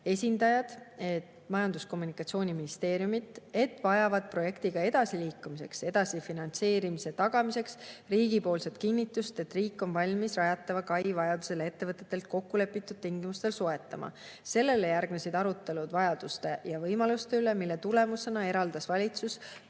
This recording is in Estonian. esindajad Majandus- ja Kommunikatsiooniministeeriumit, et vajavad projektiga edasiliikumiseks ja edasise finantseerimise tagamiseks riigipoolset kinnitust, et riik on valmis rajatava kai vajadusel ettevõtetelt kokkulepitud tingimustel soetama. Sellele järgnesid arutelud vajaduste ja võimaluste üle, mille tulemusena eraldas valitsus